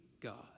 God